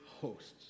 hosts